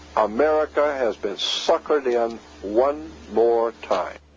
america has been suckered in one more time.